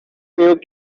milk